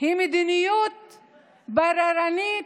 היא מדיניות בררנית,